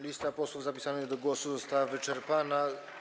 Lista posłów zapisanych do głosu została wyczerpana.